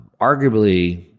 arguably